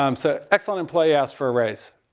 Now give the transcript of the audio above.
um so excellent employee asks for a raise.